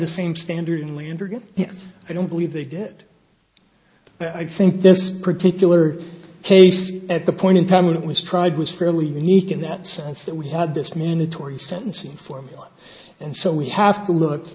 the same standard in landrigan yes i don't believe they get i think this particular case at the point in time when it was tried was fairly unique in that sense that we had this minatory sentencing formula and so we have to look